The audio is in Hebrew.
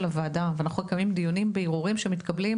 הוועדה ואנחנו גם מקיימים דיונים בערעורים שמתקבלים,